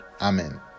Amen